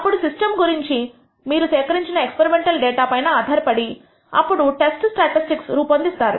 అప్పుడు సిస్టం గురించి మీరు సేకరించిన ఎక్స్పెరిమెంటల్ డేటా పైన ఆధారపడి అప్పుడు టెస్ట్ స్టాటిస్టిక్ రూపొందిస్తారు